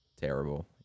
terrible